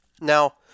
Now